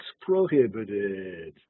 prohibited